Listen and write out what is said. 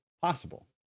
possible